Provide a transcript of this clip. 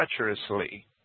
treacherously